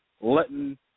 letting